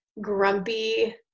Grumpy